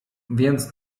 więc